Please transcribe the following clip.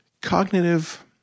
cognitive